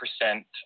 percent